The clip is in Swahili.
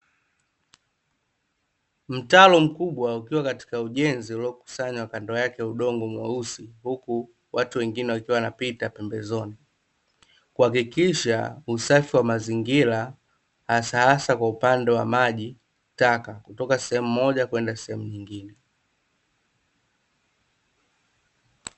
Mtaro mkubwa ukiwa katika ujenzi uliokusanya kando yake udongo mweusi huku watu wengine wakiwa wanapita pembezoni. Kuhakikisha usafi wa mazingira hasahasa kwa upande wa maji taka kutoka sehemu moja kwenda sehemu nyingine.